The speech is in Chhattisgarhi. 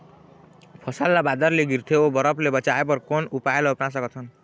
फसल ला बादर ले गिरथे ओ बरफ ले बचाए बर कोन उपाय ला अपना सकथन?